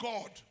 God